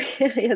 yes